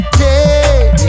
take